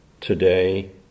Today